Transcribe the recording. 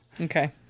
Okay